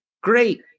great